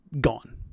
gone